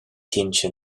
cinnte